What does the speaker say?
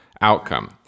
outcome